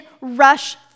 rush